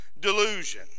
delusion